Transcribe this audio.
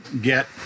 get